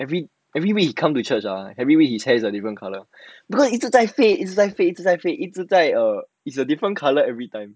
every every week he come to church ah every week his hair is a different colour because 一直在 fade 一直在 fade 一直在 fade 一直在 err is a different colour everytime